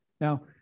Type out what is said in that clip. Now